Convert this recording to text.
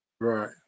Right